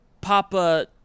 Papa